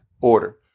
order